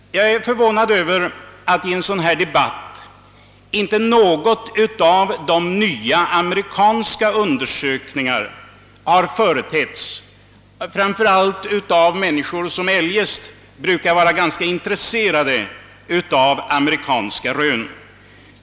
Jag är förvånad över att i debatten inte något av det framkommit som amerikanska undersökningar under senare tid presenterat, då många här eljest brukar vara intresserade av amerikanska rön.